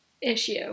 issue